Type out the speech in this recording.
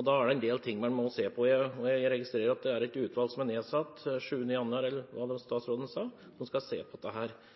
Da er det en del ting man må se på – jeg registrerer at det er et utvalg som ble nedsatt 7. januar, var det vel statsråden sa, som skal se på dette. Men som sagt: Det